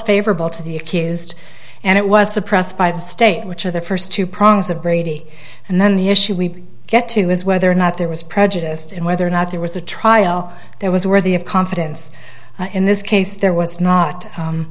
favorable to the accused and it was suppressed by the state which are the first two prongs of brady and then the issue we get to is whether or not there was prejudiced and whether or not there was a trial there was worthy of confidence in this case there was not